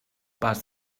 pas